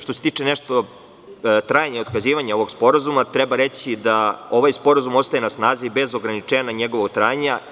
Što se tiče trajanja i otkazivanja ovog sporazuma, treba reći da ovaj sporazum ostaje na snazi bez ograničenja njegovog trajanja.